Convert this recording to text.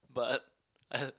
but I